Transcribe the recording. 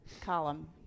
column